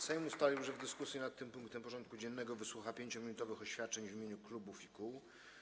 Sejm ustalił, że w dyskusji nad tym punktem porządku dziennego wysłucha 5-minutowych oświadczeń w imieniu klubów i kół.